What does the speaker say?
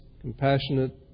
compassionate